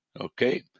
Okay